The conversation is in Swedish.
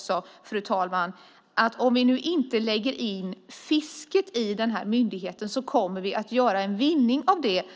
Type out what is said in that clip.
Jag tror också att om vi inte lägger in fisket i den här myndigheten kommer vi att göra en vinst